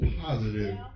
positive